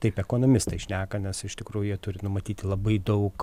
taip ekonomistai šneka nes iš tikrųjų jie turi numatyti labai daug